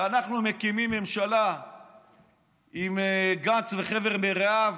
כשאנחנו מקימים ממשלה עם גנץ וחבר מרעיו,